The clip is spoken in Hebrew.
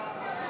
ההצעה